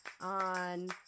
on